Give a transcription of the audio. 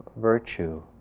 virtue